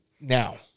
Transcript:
Now